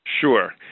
Sure